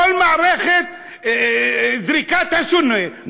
את כל מערכת זריקת השונה,